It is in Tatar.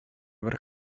бер